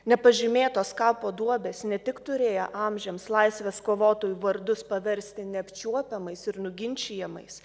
nepažymėtos kapo duobės ne tik turėjo amžiams laisvės kovotojų vardus paversti neapčiuopiamais ir nuginčijamais